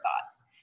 thoughts